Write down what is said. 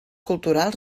culturals